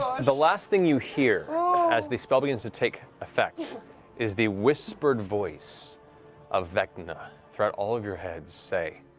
the last thing you hear as the spell begins to take effect is the whispered voice of vecna throughout all of your heads say,